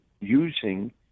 using